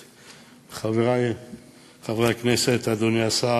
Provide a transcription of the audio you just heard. חברי חברי הכנסת, אדוני השר